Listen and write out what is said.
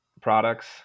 products